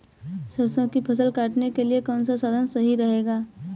सरसो की फसल काटने के लिए कौन सा साधन सही रहेगा?